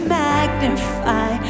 magnify